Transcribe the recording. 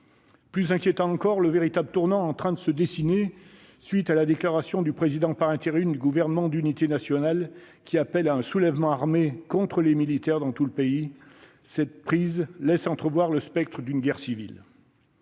Plus inquiétant encore est le véritable tournant qui est en train de se dessiner, à la suite de la déclaration du président par intérim du gouvernement d'unité nationale appelant à un soulèvement armé contre les militaires dans tout le pays. Cette prise de parole laisse entrevoir le spectre d'une guerre civile.